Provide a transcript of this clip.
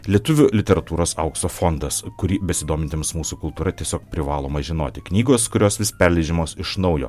lietuvių literatūros aukso fondas kurį besidomintiems mūsų kultūra tiesiog privaloma žinoti knygos kurios vis perleidžiamos iš naujo